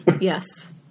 Yes